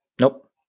nope